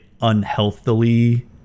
unhealthily